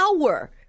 power